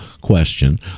question